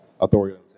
authority